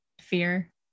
fear